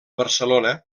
barcelona